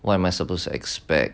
what am I supposed to expect